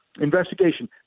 investigation